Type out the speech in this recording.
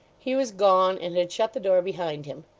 he was gone, and had shut the door behind him.